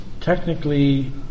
technically